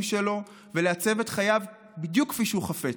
שלו ולעצב את חייו בדיוק כפי שהוא חפץ.